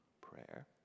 prayer